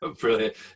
brilliant